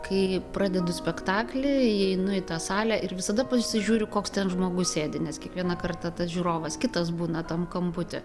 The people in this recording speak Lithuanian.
kai pradedu spektaklį įeinu į tą salę ir visada pasižiūriu koks ten žmogus sėdi nes kiekvieną kartą tas žiūrovas kitas būna tam kamputy